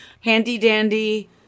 handy-dandy –